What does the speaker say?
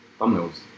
Thumbnails